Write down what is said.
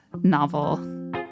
novel